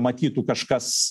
matytų kažkas